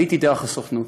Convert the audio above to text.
עליתי דרך הסוכנות.